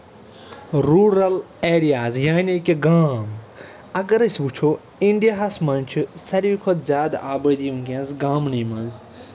rural areas یعنے کہِ گام اَگر أسۍ وٕچھو اَنڈیاہَس منٛز چھِ ساروی کھۄتہٕ زیادٕ آبٲدی ؤنکٮ۪نَس گامنٕے منٛز